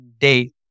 date